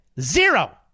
zero